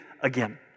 again